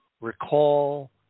recall